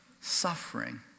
suffering